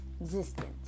existence